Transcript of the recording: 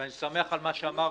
ואני שמח על מה שאמר